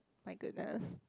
my goodness